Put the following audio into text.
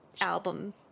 album